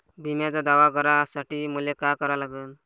बिम्याचा दावा करा साठी मले का करा लागन?